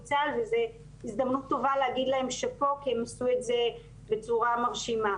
וזו הזדמנות טובה להגיד להם שאפו כי הם עשו את זה בצורה מרשימה.